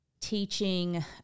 teaching